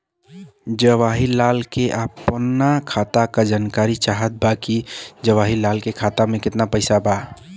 जवाहिर लाल के अपना खाता का जानकारी चाहत बा की जवाहिर लाल के खाता में कितना पैसा बा?